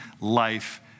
life